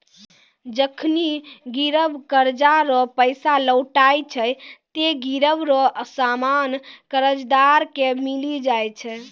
जखनि गिरब कर्जा रो पैसा लौटाय छै ते गिरब रो सामान कर्जदार के मिली जाय छै